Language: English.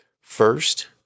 First